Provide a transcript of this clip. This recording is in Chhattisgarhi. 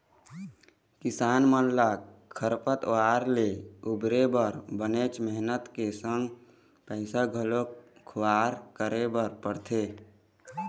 किसान मन ल खरपतवार ले उबरे बर बनेच मेहनत के संग पइसा घलोक खुवार करे बर परथे